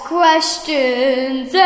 questions